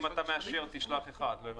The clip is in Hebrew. אם אתה מאשר, תשלח 1. לא הבנתי.